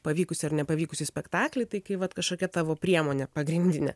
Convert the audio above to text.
pavykusį ar nepavykusį spektaklį tai kai vat kažkokia tavo priemonė pagrindinė